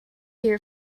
hear